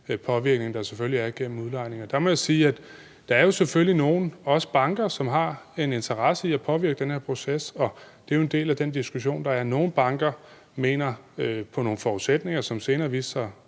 påvirkning, der selvfølgelig er igennem udlejning. Der må jeg sige, at der selvfølgelig er nogle, også banker, som har en interesse i at påvirke den her proces, og det er jo en del af den diskussion, der er. Nogle banker mente – på nogle forudsætninger, som senere viste sig